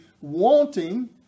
wanting